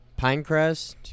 Pinecrest